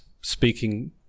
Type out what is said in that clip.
speaking